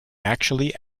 actually